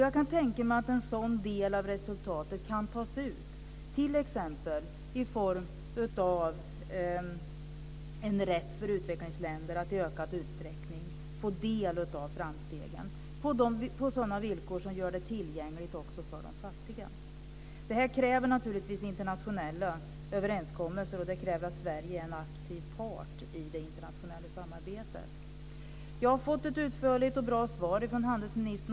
Jag kan tänka mig att en sådan del av resultatet kan tas ut t.ex. i form av en rätt för utvecklingsländer att i ökad utsträckning få del av framsteg, på sådana villkor att detta görs tillgängligt också för de fattiga. Detta kräver naturligtvis internationella överenskommelser och att Sverige är en aktiv part i det internationella samarbetet. Jag har fått ett utförligt och bra svar från handelsministern.